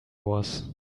was